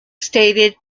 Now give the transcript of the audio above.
stated